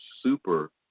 super